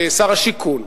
שר השיכון,